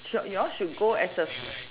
sure you all should go as a